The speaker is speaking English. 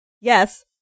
Yes